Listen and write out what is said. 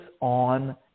on